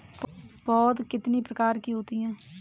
पौध कितने प्रकार की होती हैं?